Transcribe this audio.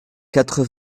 quatre